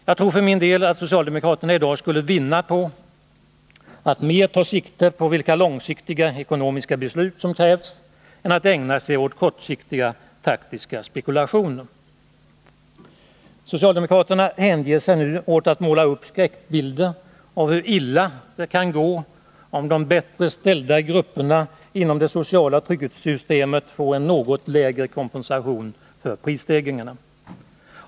Jag tror för min del att socialdemokraterna i dag skulle vinna på att mer ta sikte på vilka långsiktiga ekonomiska beslut som krävs, i stället för att ägna sig åt kortsiktiga taktiska spekulationer. Socialdemokraterna hänger sig nu åt att måla upp skräckbilder av hur illa det kan gå om de bättre ställda grupperna inom det sociala trygghetssystemet får en något mindre kompensation för prisstegringarna.